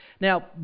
Now